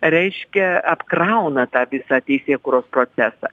reiškia apkrauna tą visą teisėkūros procesą